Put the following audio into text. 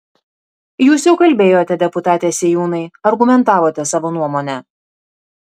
jūs jau kalbėjote deputate sėjūnai argumentavote savo nuomonę